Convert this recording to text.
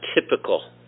typical